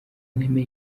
nemeye